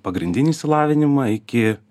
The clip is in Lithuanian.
pagrindinį išsilavinimą iki